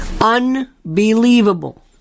unbelievable